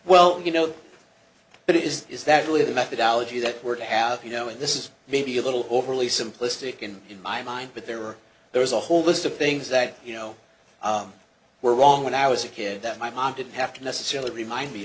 well you know but is that really the methodology that we're to have you know and this is maybe a little overly simplistic and in my mind but there are there is a whole list of things that you know were wrong when i was a kid that my mom didn't have to necessarily remind me